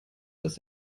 das